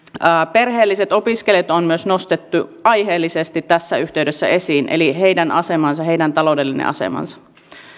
perheelliset opiskelijat on myös nostettu aiheellisesti tässä yhteydessä esiin eli heidän asemansa heidän taloudellinen asemansa